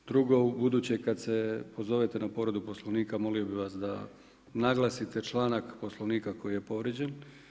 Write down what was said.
Drugo u buduće kad se pozovete na povredu Poslovnika moli bih vas da naglasite članak Poslovnika koji je povrijeđen.